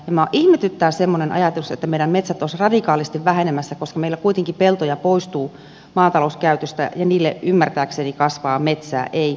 minua ihmetyttää semmoinen ajatus että meidän metsät olisivat radikaalisti vähenemässä koska meillä kuitenkin peltoja poistuu maatalouskäytöstä ja niille ymmärtääkseni kasvaa metsää ei mitään muuta